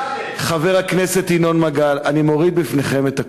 חבר הכנסת ינון מגל, אני מוריד בפניכם את הכובע,